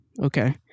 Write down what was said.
okay